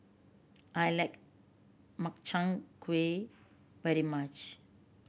I like Makchang Gui very much